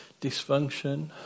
dysfunction